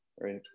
right